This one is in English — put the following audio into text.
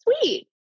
sweet